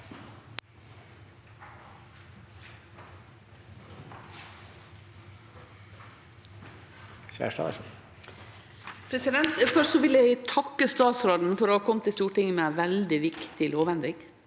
Først vil eg takke statsråden for å kome til Stortinget med ei veldig viktig lovendring.